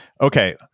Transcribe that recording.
Okay